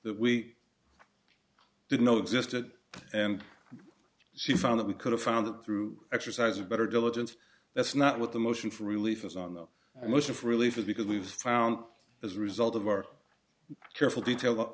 that we didn't know existed and she found that we could have found it through exercise or better diligence that's not what the motion for relief is on the most of relief because we've found as a result of our careful detail